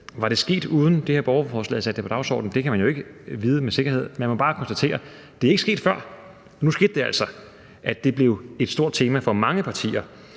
Var det sket, uden at det her borgerforslag havde sat det på dagsordenen? Det kan man jo ikke vide med sikkerhed, men jeg må bare konstatere, at det ikke er sket før, og nu skete det altså, at det blev et stort tema for mange partier